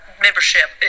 membership